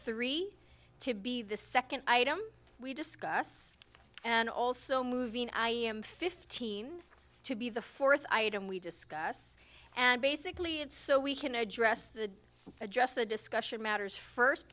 three to be the second item we discuss and also moving i am fifteen to be the fourth item we discuss and basically it so we can address the address the discussion matters first